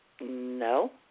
No